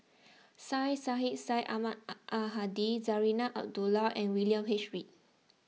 Syed Sheikh Syed Ahmad Al Hadi Zarinah Abdullah and William H Read